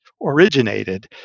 originated